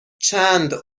چند